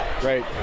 Great